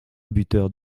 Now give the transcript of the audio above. buteur